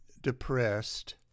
depressed